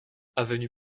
avenue